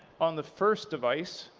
on the first device,